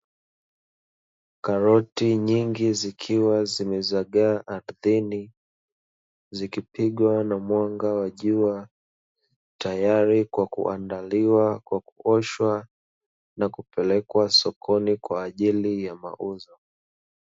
Karoti nyingi zikiwa zimezagaa ardhini zikipigwa na mwanga wa jua tayari kwa kuandaliwa kwa kuoshwa na kupelekwa sokoni kwa ajili ya mauzo.